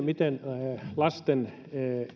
miten lasten